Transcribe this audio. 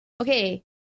Okay